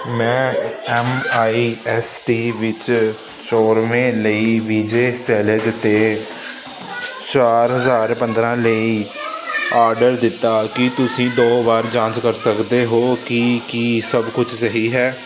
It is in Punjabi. ਮੈਂ ਐੱਮ ਆਈ ਐੱਸ ਟੀ ਵਿੱਚ ਚੋਰਵੇ ਲਈ ਵਿਜੇ ਸਲਜ਼ 'ਤੇ ਚਾਰ ਹਜ਼ਾਰ ਪੰਦਰ੍ਹਾਂ ਲਈ ਆਰਡਰ ਦਿੱਤਾ ਕੀ ਤੁਸੀਂ ਦੋ ਵਾਰ ਜਾਂਚ ਕਰ ਸਕਦੇ ਹੋ ਕਿ ਕੀ ਸਭ ਕੁਝ ਸਹੀ ਹੈ